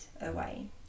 away